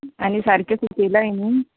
आनी सारके सुकयलाय न्ही